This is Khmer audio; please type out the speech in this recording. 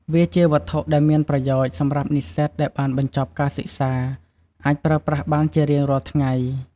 វាជាវត្ថុដែលមានប្រយោជន៍ សម្រាប់និស្សិតដែលបានបញ្ចប់ការសិក្សាអាចប្រើប្រាស់បានជារៀងរាល់ថ្ងៃ។